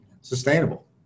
sustainable